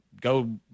go